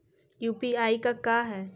UPI का है?